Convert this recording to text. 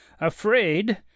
AFRAID